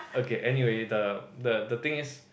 okay anyway the the the thing is